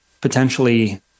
potentially